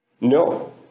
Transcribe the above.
No